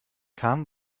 kam